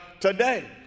today